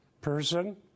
person